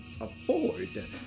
afford